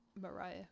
Mariah